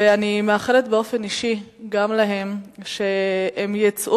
ואני מאחלת באופן אישי גם להם שהם יצאו